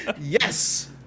Yes